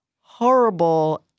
horrible